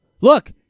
Look